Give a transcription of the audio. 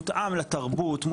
מותאם לתרבות,